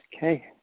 okay